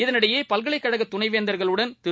இதனிடையேபல்கலைக்கழகதுணைவேந்தர்களுடன்திரு